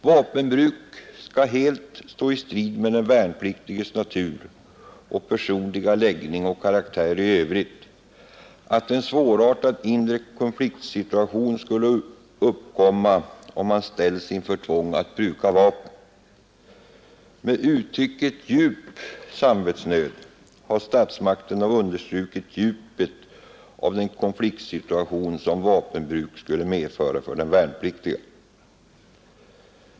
Vapenbruk skall helt stå i strid med den värnpliktiges natur, personliga läggning och karaktär i Övrigt, så att en svårartad inre konfliktsituation skulle uppkomma om han ställdes inför tvånget att bruka vapen. Med uttrycket ”djup samvetsnöd” har statsmakterna understrukit djupet av den konfliktsituation som vapenbruk skulle medföra för den värnpliktige.